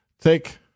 take